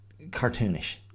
cartoonish